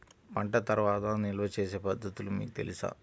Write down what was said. పంట తర్వాత నిల్వ చేసే పద్ధతులు మీకు తెలుసా?